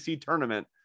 tournament